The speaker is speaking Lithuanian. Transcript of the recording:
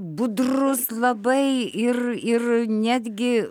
budrus labai ir ir netgi